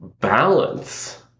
balance